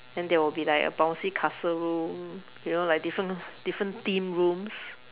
then there will be like a bouncy castle room you know like different different theme rooms